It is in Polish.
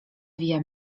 via